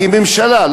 הממשלה,